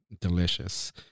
delicious